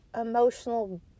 emotional